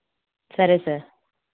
సరే సార్